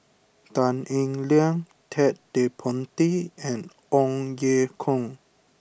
Tan Eng Liang Ted De Ponti and Ong Ye Kung